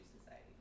Society